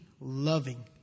loving